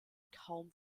kaum